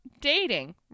dating